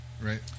Right